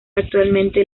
actualmente